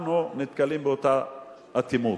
אנחנו נתקלים באותה אטימות.